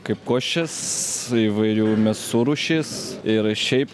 kaip košės įvairių mėsų rūšis ir šiaip